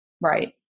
Right